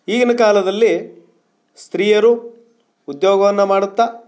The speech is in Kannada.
ಈಗಿನ ಕಾಲದಲ್ಲಿ ಸ್ತ್ರೀಯರು ಉದ್ಯೋಗವನ್ನು ಮಾಡುತ್ತಾ